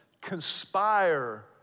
conspire